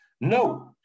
No